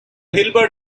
hilbert